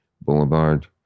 Boulevard